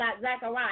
Zachariah